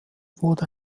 wurde